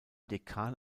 dekan